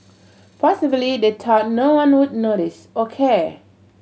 possibly they thought no one would notice or care